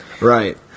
Right